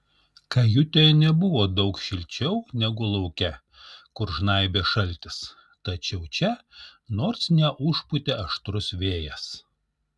kajutėje nebuvo daug šilčiau negu lauke kur žnaibė šaltis tačiau čia nors neužpūtė aštrus vėjas